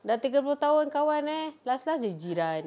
sudah tiga puluh tahun kawan eh last last jadi jiran